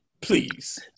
please